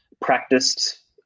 practiced